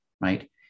right